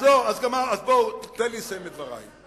אז לא, תן לי לסיים את דברי.